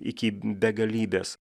iki begalybės